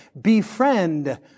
Befriend